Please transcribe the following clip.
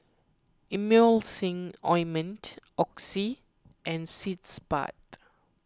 Emulsying Ointment Oxy and Sitz Bath